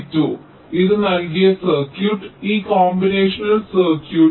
G2 ഇത് നൽകിയ circuit ഈ കോമ്പിനേഷണൽ സർക്യൂട്ട്